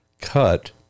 cut